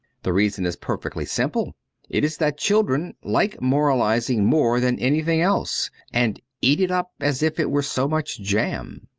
the reason is perfectly simple it is that children like moralizing more than anything else, and eat it up as if it were so much jam.